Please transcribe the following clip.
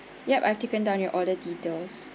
yup I have taken down your order details